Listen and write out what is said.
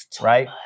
right